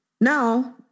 Now